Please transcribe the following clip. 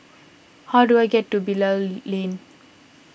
how do I get to Bilal Lane